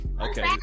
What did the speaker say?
Okay